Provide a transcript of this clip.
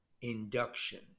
induction